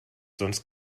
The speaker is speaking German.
sonst